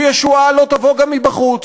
וישועה לא תבוא גם מבחוץ,